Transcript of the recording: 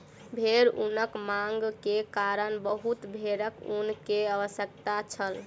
भेड़ ऊनक मांग के कारण बहुत भेड़क ऊन के आवश्यकता छल